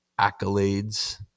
accolades